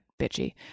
bitchy